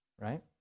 right